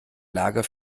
lager